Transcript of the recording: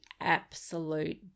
absolute